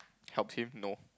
helps him no